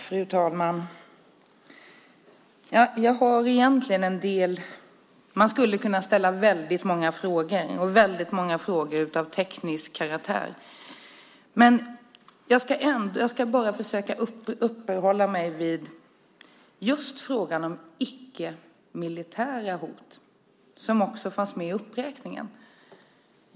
Fru talman! Jag skulle kunna ställa många frågor och väldigt många av teknisk karaktär, men jag ska försöka uppehålla mig vid just frågan om icke-militära hot, som också fanns med i uppräkningen.